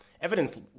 evidence